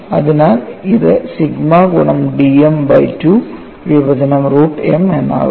അതിനാൽ ഇത് സിഗ്മ ഗുണം dm ബൈ 2 വിഭജനം റൂട്ട് m എന്നാകുന്നു